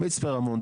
מצפה דרום,